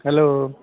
hello